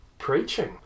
preaching